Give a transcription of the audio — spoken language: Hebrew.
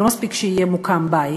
לא מספיק שיוקם בית.